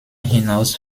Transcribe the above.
hinaus